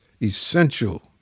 essential